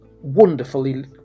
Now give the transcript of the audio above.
wonderfully